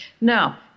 Now